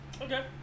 Okay